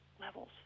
levels